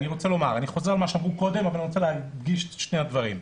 אני חוזר על מה שאמרו קודם אבל אני רוצה להדגיש שני דברים.